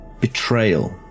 betrayal